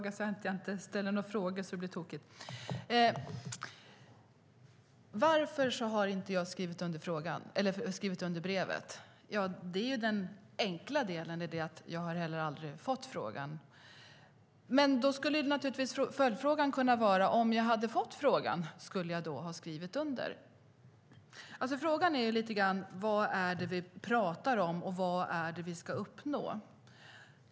Fru talman! Varför har inte jag skrivit under brevet? Den enkla delen i detta är att jag aldrig har fått frågan. Följdfrågan skulle kunna vara: Om jag hade fått frågan - skulle jag då ha skrivit under? Frågan är lite grann vad det är vi talar om och vad det är vi ska uppnå.